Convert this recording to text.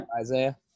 Isaiah